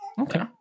Okay